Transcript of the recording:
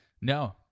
No